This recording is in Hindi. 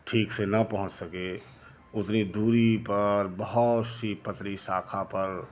ठीक से न पहुँच सके उतनी दूरी पर बहुत सी पतली शाखा पर